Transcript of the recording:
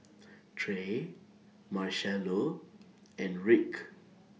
Trae Marchello and Rick